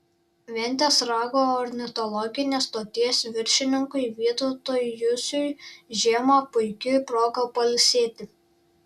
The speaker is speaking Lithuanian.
ventės rago ornitologinės stoties viršininkui vytautui jusiui žiema puiki proga pailsėti